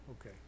okay